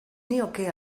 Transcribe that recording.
nioke